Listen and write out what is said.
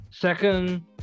Second